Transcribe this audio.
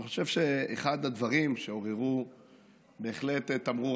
אני חושב שאחד הדברים שהציבו בהחלט תמרור